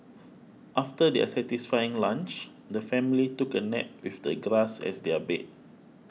after their satisfying lunch the family took a nap with the grass as their bed